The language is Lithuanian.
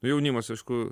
jaunimas aišku